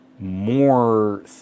more